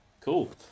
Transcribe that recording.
Cool